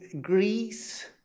Greece